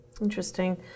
Interesting